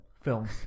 Film